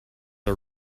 are